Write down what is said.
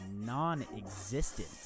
non-existent